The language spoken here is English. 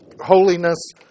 holiness